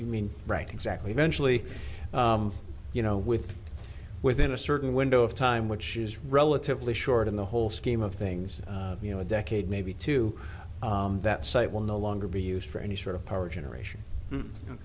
you mean right exactly eventually you know with within a certain window of time which is relatively short in the whole scheme of things you know a decade maybe to that site will no longer be used for any sort of power generation